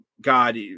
God